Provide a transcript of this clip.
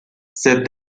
said